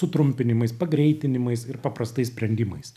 sutrumpinimais pagreitinimas ir paprastais sprendimais